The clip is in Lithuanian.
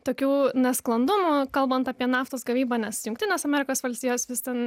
tokių nesklandumų kalbant apie naftos gavybą nes jungtinės amerikos valstijos vis ten